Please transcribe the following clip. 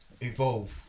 evolve